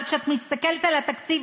אבל כשאת מסתכלת על התקציב,